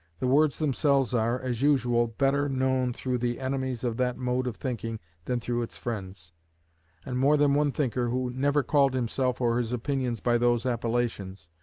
the words themselves are, as usual, better known through the enemies of that mode of thinking than through its friends and more than one thinker who never called himself or his opinions by those appellations,